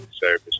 service